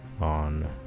on